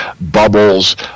bubbles